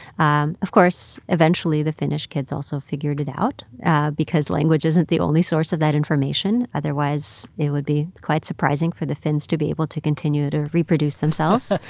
um of course, eventually, the finnish kids also figured it out because language isn't the only source of that information, otherwise it would be quite surprising for the finns to be able to continue to reproduce themselves.